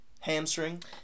hamstring